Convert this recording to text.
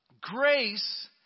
grace